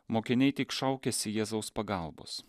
mokiniai tik šaukiasi jėzaus pagalbos